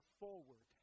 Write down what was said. forward